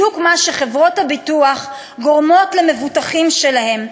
בדיוק מה שחברות הביטוח גורמות למבוטחים שלהן: